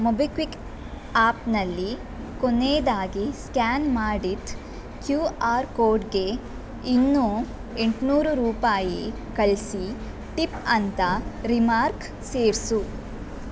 MobiKwik ಆ್ಯಪ್ನಲ್ಲಿ ಕೊನೇದಾಗಿ scan ಮಾಡಿದ ಕ್ಯೂ ಆರ್ ಕೋಡ್ಗೆ ಇನ್ನು ಎಂಟುನೂರು ರೂಪಾಯಿ ಕಳಿಸಿ ಟಿಪ್ ಅಂತ ರಿಮಾರ್ಕ್ ಸೇರಿಸು